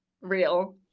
real